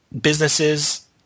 Businesses